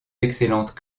d’excellentes